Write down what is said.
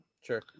Sure